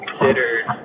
considered